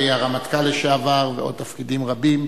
הרמטכ"ל לשעבר ועוד תפקידים רבים,